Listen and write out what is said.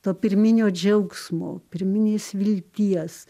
to pirminio džiaugsmo pirminės vilties